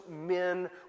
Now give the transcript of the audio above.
men